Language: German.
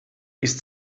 ist